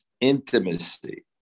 intimacy